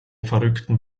verrückten